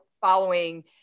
following